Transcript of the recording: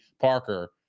Parker